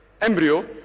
embryo